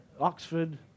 Oxford